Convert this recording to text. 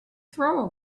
throw